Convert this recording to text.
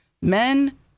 men